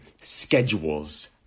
Schedules